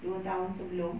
dua tahun sebelum